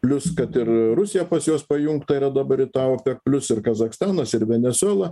plius kad ir rusija pas juos pajungta yra dabar į tą opek plius ir kazachstanas ir venesuela